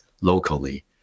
locally